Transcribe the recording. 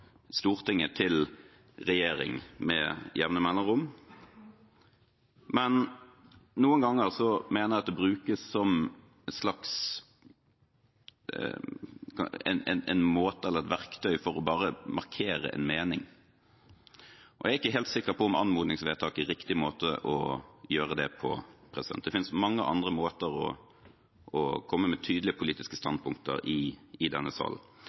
Stortinget til regjeringen med jevne mellomrom, men noen ganger mener jeg det brukes som et slags verktøy for å bare markere en mening. Jeg er ikke helt sikker på om anmodningsvedtak er riktig måte å gjøre det på. Det finnes mange andre måter å komme med tydelige politiske standpunkter på i denne